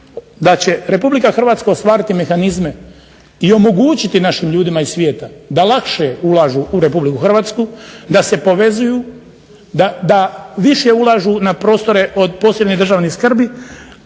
da će RH ostvariti mehanizme i omogućiti našim ljudima iz svijeta da lakše ulažu u RH, da se povezuju, da više ulažu na prostore od posebne državne skrbi,